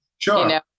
Sure